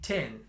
Ten